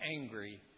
angry